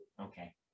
Okay